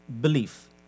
belief